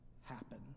happen